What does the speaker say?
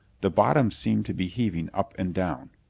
the bottom seemed to be heaving up and down.